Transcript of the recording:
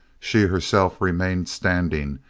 she herself remained standing,